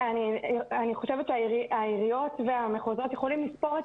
אני חושבת שהעיריות והמחוזות יכולים לספור את